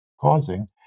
causing